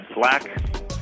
slack